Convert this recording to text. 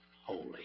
holy